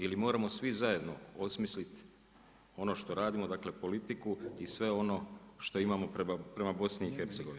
Ili moramo svi zajedno osmisliti, ono što radimo, dakle, politiku i sve ono što imamo prema BIH.